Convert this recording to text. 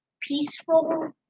peaceful